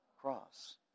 cross